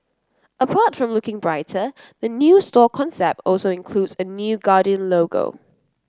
apart from looking brighter the new store concept also includes a new Guardian logo